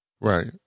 Right